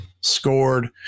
scored